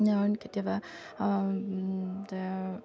বা অইন কেতিয়াবা